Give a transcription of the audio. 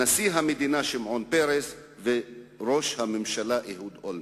נשיא המדינה שמעון פרס וראש הממשלה אהוד אולמרט.